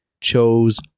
chose